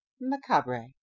macabre